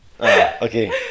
Okay